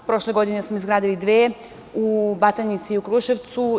Prošle godine smo izgradili dve, u Batajnici i Kruševcu.